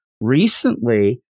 recently